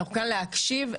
אנחנו כאן כדי להקשיב ולהבין.